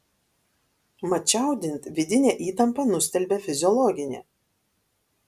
mat čiaudint vidinę įtampą nustelbia fiziologinė